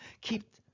keep